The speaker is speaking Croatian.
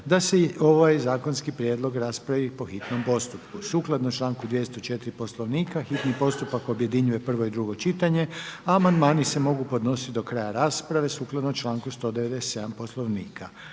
da se ovaj zakonski prijedlog raspravi po hitnom postupku. Sukladno članku 204. Poslovnika hitni postupak objedinjuje prvo i drugo čitanje, a amandmani se mogu podnositi do kraja rasprave sukladno članku 197. Poslovnika.